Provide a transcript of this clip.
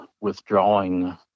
withdrawing